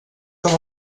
com